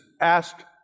asked